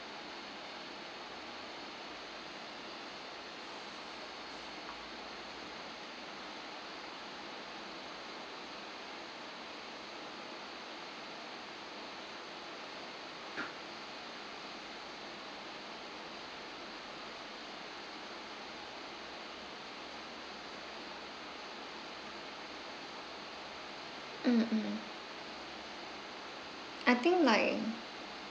mm mm I think like